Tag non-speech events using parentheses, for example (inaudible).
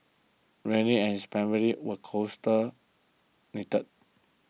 Randy and his family were (unintelligible) knitted